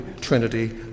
trinity